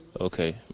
Okay